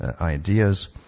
ideas